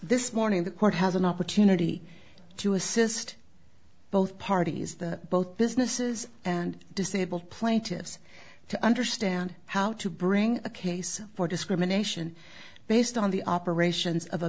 this morning the court has an opportunity to assist both parties that both businesses and disabled plaintiffs to understand how to bring a case for discrimination based on the operations o